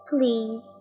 Please